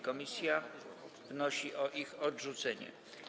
Komisja wnosi o ich odrzucenie.